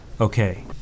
Okay